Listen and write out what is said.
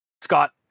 Scott